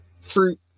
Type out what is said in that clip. fruit